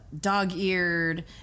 dog-eared